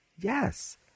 Yes